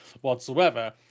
whatsoever